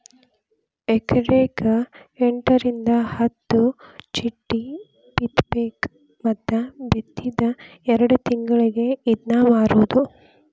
ಎಕರೆಕ ಎಂಟರಿಂದ ಹತ್ತ ಚಿಟ್ಟಿ ಬಿತ್ತಬೇಕ ಮತ್ತ ಬಿತ್ತಿದ ಎರ್ಡ್ ತಿಂಗಳಿಗೆ ಇದ್ನಾ ಮಾರುದು